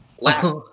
last